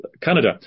Canada